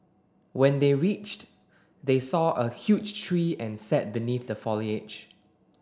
when they reached they saw a huge tree and sat beneath the foliage